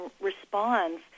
responds